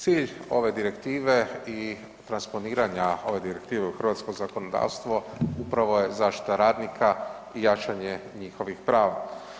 Cilj ove direktive i transponiranja ove direktive u hrvatsko zakonodavstvo upravo je zaštita radnika i jačanje njihovih prava.